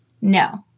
No